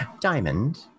Diamond